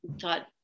thought